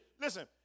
listen